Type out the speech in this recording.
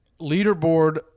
Leaderboard